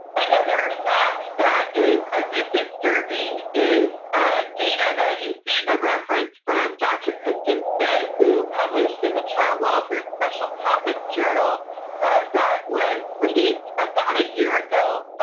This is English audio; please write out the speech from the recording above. another fact that is a bit disturbing is data that you see the reference from dr. kristen seay, who published in the child welfare special topic journal that was released about a year ago,